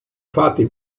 fatti